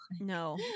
no